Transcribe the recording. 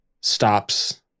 stops